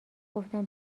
گفتن